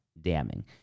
damning